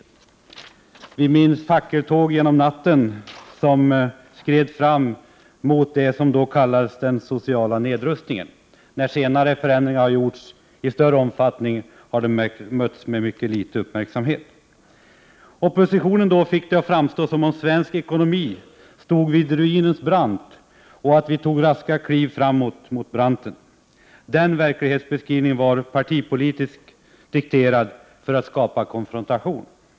Och vem minns inte de fackeltåg som under natten skred fram för att demonstrera mot vad som kallades social nedrustning? Men senare förändringar, som varit av större omfattning, har mötts av mycket liten uppmärksamhet. Oppositionen fick det att framstå som om svensk ekonomi stod vid ruinens brant och att vi tog raska kliv framåt mot branten. Den verklighetsbeskrivningen var partipolitiskt dikterad för att skapa konfrontation.